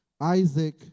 Isaac